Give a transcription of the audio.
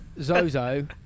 Zozo